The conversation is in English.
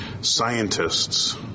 scientists